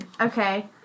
Okay